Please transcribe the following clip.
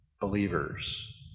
Believers